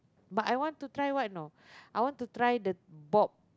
but I want to try what you know I want to try the bob